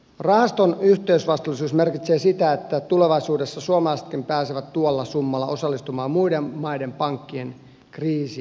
rahaston yhteisvastuullisuus merkitsee sitä että tulevaisuudessa suomalaisetkin pääsevät tuolla summalla osallistumaan muiden maiden pankkien kriisien kustannuksiin